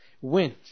went